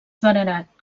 venerat